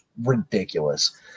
ridiculous